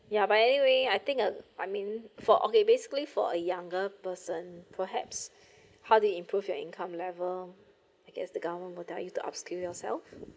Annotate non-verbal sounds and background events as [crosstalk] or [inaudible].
ya but anyway I think uh I mean for okay basically for a younger person perhaps [breath] how they improve their income level I guess the government will tell you to up-skill yourself